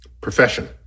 profession